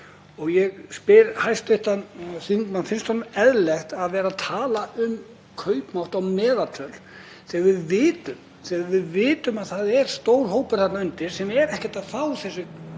Ég spyr hv. þingmann: Finnst honum eðlilegt að vera að tala um kaupmátt og meðaltöl þegar við vitum að það er stór hópur þarna undir sem er ekkert að fá þennan